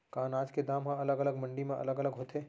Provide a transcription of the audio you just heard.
का अनाज के दाम हा अलग अलग मंडी म अलग अलग होथे?